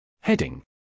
Heading